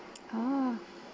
ah